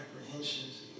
apprehensions